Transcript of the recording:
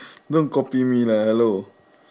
don't copy me lah hello